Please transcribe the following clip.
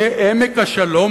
יהיה עמק השלום,